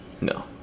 No